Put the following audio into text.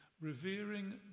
Revering